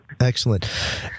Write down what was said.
Excellent